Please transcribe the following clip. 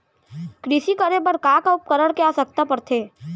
कृषि करे बर का का उपकरण के आवश्यकता परथे?